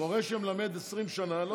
מורה שמלמד 20 שנה לא צריך,